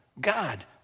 God